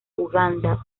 uganda